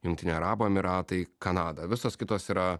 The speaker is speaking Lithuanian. jungtiniai arabų emyratai kanada visos kitos yra